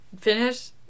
finish